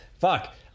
fuck